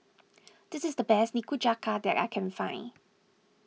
this is the best Nikujaga that I can find